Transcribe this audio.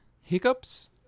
hiccups